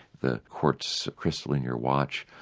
the quartz crystal in your watch,